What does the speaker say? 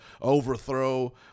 overthrow